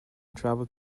traveled